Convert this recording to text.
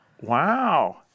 Wow